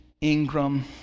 Ingram